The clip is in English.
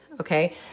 okay